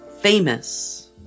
famous